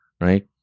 right